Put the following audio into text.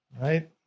Right